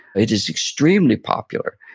it is extremely popular.